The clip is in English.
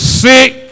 sick